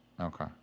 Okay